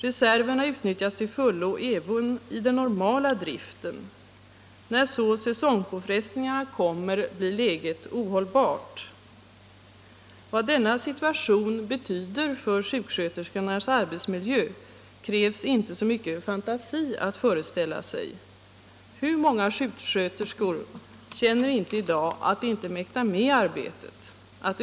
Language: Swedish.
Reserven utnyttjas till fullo även i den normala driften. När säsongpåfrestningarna kommer blir läget ohållbart. Vad denna situation betyder för sjuksköterskornas arbetsmiljö krävs inte så stor fantasi för att föreställa sig. Hur många sjuksköterskor känner inte i dag att de inte mäktar med arbetet.